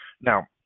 Now